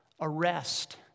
arrest